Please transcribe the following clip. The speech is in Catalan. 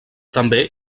també